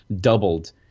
doubled